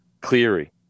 Cleary